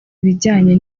bijyanye